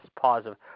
positive